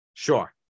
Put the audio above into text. Sure